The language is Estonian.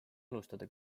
alustada